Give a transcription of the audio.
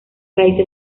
raíces